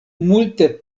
multe